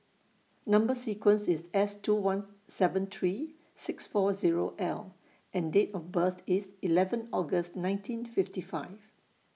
Number sequence IS S two one seven three six four Zero L and Date of birth IS eleven August nineteen fifty five